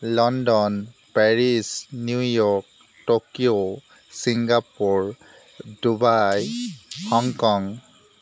London Paris New York Tokyo Singapore Dubai Hong Kong